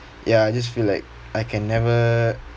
ya I just feel like I can never